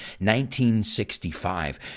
1965